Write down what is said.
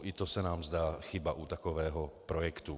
I to se nám zdá chyba u takového projektu.